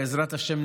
בעזרת השם,